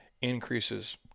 increases